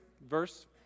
verse